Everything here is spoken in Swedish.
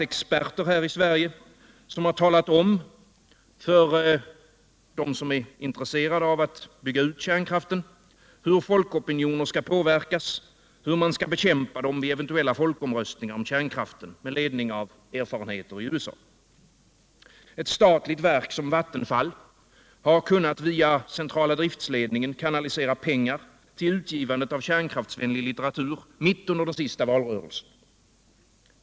experter i Sverige som talat om för dem som är intresserade av att bygga ut kärnkraften hur folkopinioner skall påverkas och hur man på grundval av amerikanska erfarenheter skall bekämpa dem vid eventuella folkomröstningar om kärnkraften. Ett statligt verk som Vattenfall kunde via centrala driftledningen kanalisera pengar till utgivandet av kärnkraftsvänlig litteratur mitt under den senaste valrörelsen.